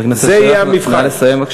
חבר הכנסת שלח, נא לסיים.